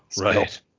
right